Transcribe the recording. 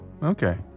Okay